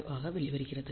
3915 ஆக வெளிவருகிறது